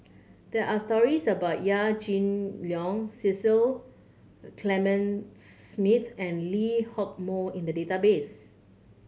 there are stories about Yaw Shin Leong Cecil Clementi Smith and Lee Hock Moh in the database